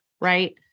right